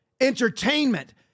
entertainment